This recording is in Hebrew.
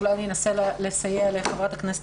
ואולי אני אנסה לסייע לחברת הכנסת